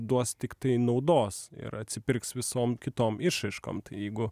duos tiktai naudos ir atsipirks visom kitom išraiškom tai jeigu